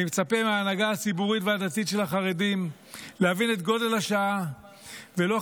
אני מצפה מההנהגה הציבורית והדתית של החרדים להבין את גודל השעה ולא,